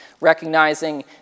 recognizing